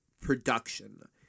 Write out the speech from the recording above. production